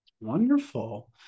Wonderful